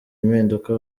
impinduka